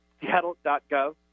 Seattle.gov